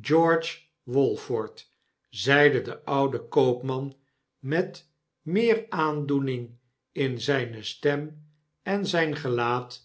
george walford zeide de oude koopman met meer aandoening in zijne stem en zyn gelaat